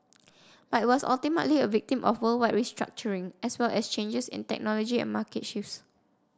but it was ultimately a victim of worldwide restructuring as well as changes in technology and market shifts